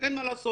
אין מה לעשות.